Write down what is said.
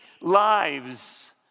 lives